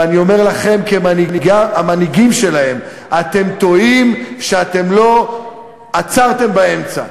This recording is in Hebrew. ואני אומר לכם כמנהיגים שלהם: אתם טועים שלא עצרתם באמצע,